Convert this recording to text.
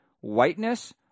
whiteness